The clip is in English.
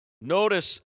notice